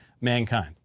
mankind